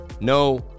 No